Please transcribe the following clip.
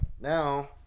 Now